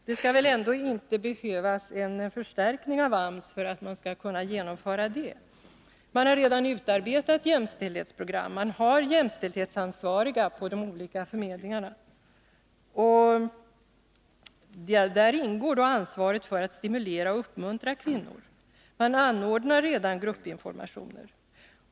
Det skall väl ändå inte behövas en förstärkning av AMS för att man skall kunna genomföra det. Man har redan utarbetat jämställdhetsprogram, man har jämställdhetsansvariga på de olika förmedlingarna. Där ingår ansvaret för att stimulera och uppmuntra kvinnor. Man anordnar redan gruppinformation.